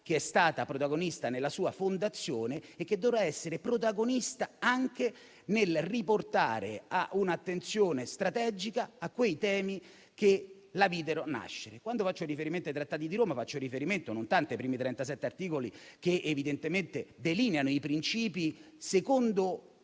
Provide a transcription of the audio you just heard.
che è stata protagonista nella sua fondazione e che dovrà essere protagonista anche nel riportare un'attenzione strategica su quei temi che la videro nascere. Quando faccio riferimento ai Trattati di Roma, faccio riferimento non tanto ai primi 37 articoli, che evidentemente delineano i principi secondo